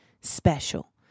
special